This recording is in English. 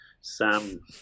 Sam